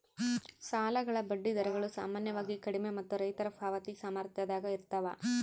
ಸಾಲಗಳ ಬಡ್ಡಿ ದರಗಳು ಸಾಮಾನ್ಯವಾಗಿ ಕಡಿಮೆ ಮತ್ತು ರೈತರ ಪಾವತಿ ಸಾಮರ್ಥ್ಯದಾಗ ಇರ್ತವ